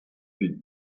vez